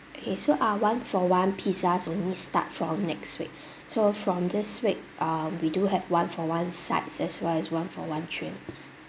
okay so ah one for one pizzas only start from next week so from this week um we do have one for one sides as well as one for one drinks